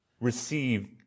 receive